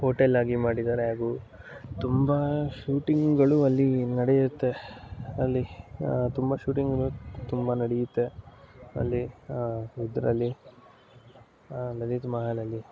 hotel ಆಗಿ ಮಾಡಿದ್ದಾರೆ ಹಾಗೂ ತುಂಬ ಶೂಟಿಂಗ್ಗಳು ಅಲ್ಲಿ ನಡಿಯತ್ತೆ ಅಲ್ಲಿ ತುಂಬ ಶೂಟಿಂಗ್ ತುಂಬ ನಡಿಯತ್ತೆ ಅಲ್ಲಿ ಇದರಲ್ಲಿ ಲಲಿತ ಮಹಲಲ್ಲಿ